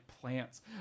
plants